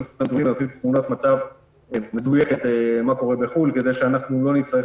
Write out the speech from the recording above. תמונת מצב מדויקת מה קורה בחו"ל כדי שלא נצטרך